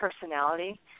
personality